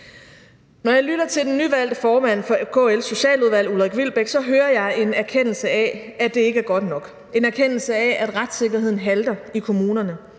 Når jeg lytter til den nyvalgte formand for KL's socialudvalg, Ulrik Wilbek, hører jeg en erkendelse af, at det ikke er godt nok – en erkendelse af, at retssikkerheden halter i kommunerne